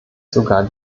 sogar